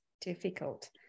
difficult